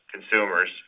consumers